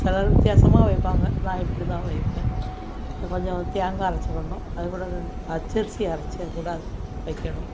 சிலர் வித்தியாசமாக வைப்பாங்க நான் இப்படி தான் வைப்பேன் கொஞ்சம் தேங்காய் அரைச்சிக்கிடுணும் அதுக்கூட இந்த பச்சரிசி அரைச்சி அதுக்கூட வைக்கணும்